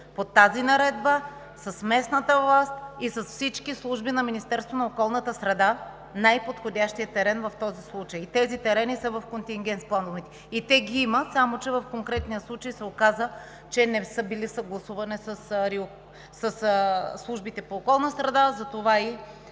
по тази наредба с местната власт и с всички служби на Министерството на околната среда, най-подходящият терен в този случай. Тези терени са контингент с плановете. Те ги имат, само че в конкретния случай се оказа, че не са били съгласувани със службите по околна среда, затова